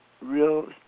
real